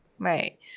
Right